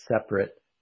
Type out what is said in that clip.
separate